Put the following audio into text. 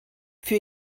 für